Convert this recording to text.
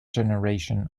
generation